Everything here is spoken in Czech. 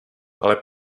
ale